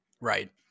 Right